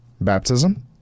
Baptism